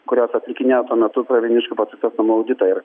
kurios atlikinėjo tuo metu pravieniškių pataisos namų auditą ir